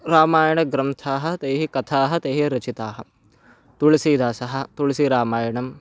रामायणग्रन्थाः तैः कथाः तैः रचिताः तुलसीदासः तुलसीरामायणंम्